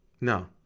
No